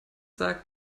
sagt